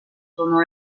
pendant